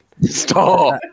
Stop